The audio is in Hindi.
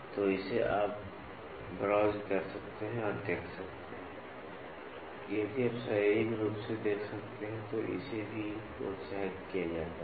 तो इसे आप ब्राउज़ कर सकते हैं और देख सकते हैं या यदि आप शारीरिक रूप से देख सकते हैं तो इसे भी प्रोत्साहित किया जाता है